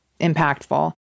impactful